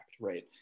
right